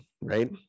right